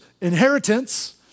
inheritance